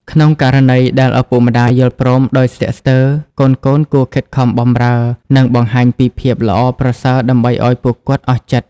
ក្នុងករណីដែលឪពុកម្ដាយយល់ព្រមដោយស្ទាក់ស្ទើរ កូនៗគួរខិតខំបម្រើ និងបង្ហាញពីភាពល្អប្រសើរដើម្បីឱ្យពួកគាត់អស់ចិត្ត។